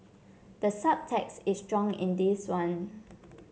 the subtext is strong in this one